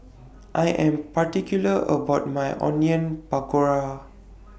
I Am particular about My Onion Pakora